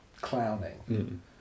clowning